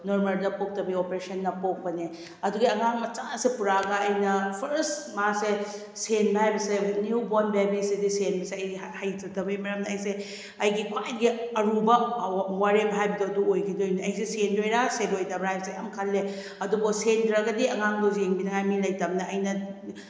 ꯅꯣꯔꯃꯦꯜꯗ ꯄꯣꯛꯇꯕꯤ ꯑꯣꯄ꯭ꯔꯦꯁꯟꯅ ꯄꯣꯛꯄꯅꯦ ꯑꯗꯨꯒꯤ ꯑꯉꯥꯡ ꯃꯆꯥꯁꯦ ꯄꯨꯔꯛꯑꯒ ꯑꯩꯅ ꯐꯔꯁ ꯃꯥꯁꯦ ꯁꯦꯟꯕ ꯍꯥꯏꯕꯁꯦ ꯅ꯭ꯌꯨ ꯕꯣꯔꯟ ꯕꯦꯕꯤꯁꯤꯗꯤ ꯁꯦꯟꯕꯁꯦ ꯑꯩ ꯍꯩꯖꯗꯕꯩ ꯃꯔꯝ ꯑꯩꯁꯦ ꯑꯩꯒꯤ ꯈ꯭ꯋꯥꯏꯗꯒꯤ ꯑꯔꯨꯕ ꯋꯥꯔꯦꯞ ꯍꯥꯏꯕꯗꯣ ꯑꯗꯨ ꯑꯣꯏꯈꯤꯗꯣꯏꯅꯦ ꯑꯩꯁꯦ ꯁꯦꯟꯗꯣꯏꯔꯥ ꯁꯦꯟꯂꯣꯏꯗꯕ꯭ꯔꯥ ꯍꯥꯏꯕꯁꯦ ꯌꯥꯝ ꯈꯜꯂꯦ ꯑꯗꯨꯕꯨ ꯁꯦꯟꯗ꯭ꯔꯒꯗꯤ ꯑꯉꯥꯡꯗꯣ ꯌꯦꯡꯕꯤꯅꯤꯉꯥꯏ ꯃꯤ ꯂꯩꯇꯝꯅꯤꯅ ꯑꯩꯅ